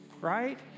right